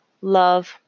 love